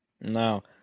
No